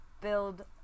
build